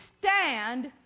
stand